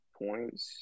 points